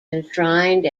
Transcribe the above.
enshrined